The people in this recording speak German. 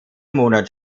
monat